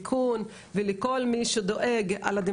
הערבית דרך ליווי חברות לגיוון